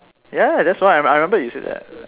ya that's why I remember you said that